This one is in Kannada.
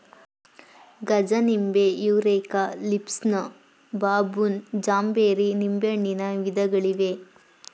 ಗಜನಿಂಬೆ, ಯುರೇಕಾ, ಲಿಬ್ಸನ್, ಬಬೂನ್, ಜಾಂಬೇರಿ ನಿಂಬೆಹಣ್ಣಿನ ವಿಧಗಳಿವೆ